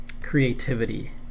creativity